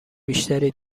بیشتری